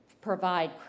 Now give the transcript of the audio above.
provide